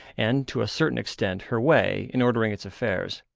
and to a certain extent her way, in ordering its affairs.